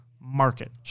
market